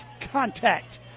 contact